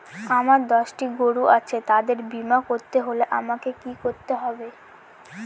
আমার দশটি গরু আছে তাদের বীমা করতে হলে আমাকে কি করতে হবে?